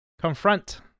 confront